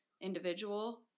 individual